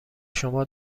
شما